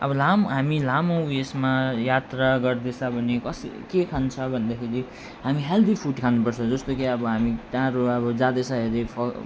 अब लामो हामी लामो ऊ यसमा यात्रा गर्दैछ भने कसरी के खान्छ भन्दाखेरि हामी हेल्दी फुड खानुपर्छ जस्तो कि अब हामी टाढो अब जाँदैछ अरे फल